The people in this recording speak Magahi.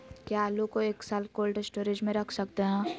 क्या आलू को एक साल कोल्ड स्टोरेज में रख सकते हैं?